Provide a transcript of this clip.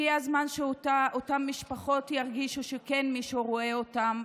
הגיע הזמן שאותן משפחות ירגישו שמישהו כן רואה אותן,